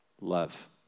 love